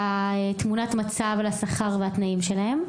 תמונת המצב על השכר ועל התנאים שלהן.